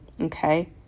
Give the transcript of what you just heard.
okay